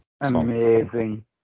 amazing